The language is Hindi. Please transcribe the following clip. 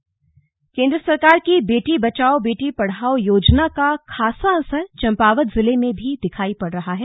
बेटी बचाओ बेटी पढाओ केंद्र सरकार की बेटी बचाओ बेटी पढ़ाओ योजना का खासा असर चंपावत जिले में भी दिखाई पड़ रहा है